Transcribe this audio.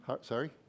Sorry